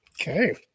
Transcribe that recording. Okay